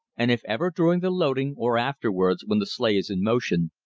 and if ever, during the loading, or afterwards when the sleigh is in motion,